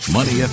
Money